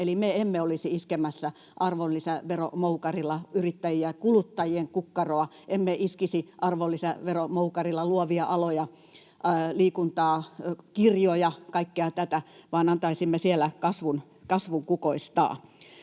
Eli me emme olisi iskemässä arvonlisäveromoukarilla yrittäjiä ja kuluttajien kukkaroa, emme iskisi arvonlisäveromoukarilla luovia aloja, liikuntaa, kirjoja, kaikkea tätä, vaan antaisimme siellä kasvun kukoistaa.